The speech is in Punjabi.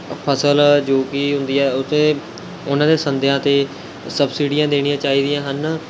ਫ਼ਸਲ ਜੋ ਕਿ ਹੁੰਦੀ ਹੈ ਉਹ 'ਤੇ ਉਨ੍ਹਾਂ ਦੇ ਸੰਦਾਂ 'ਤੇ ਸਬਸਿਡੀਆਂ ਦੇਣੀਆਂ ਚਾਹੀਦੀਆਂ ਹਨ